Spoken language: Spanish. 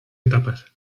etapas